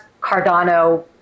Cardano